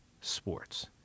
sports